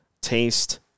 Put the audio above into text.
taste